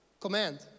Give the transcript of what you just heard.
command